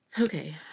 Okay